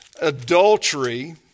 adultery